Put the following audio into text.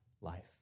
life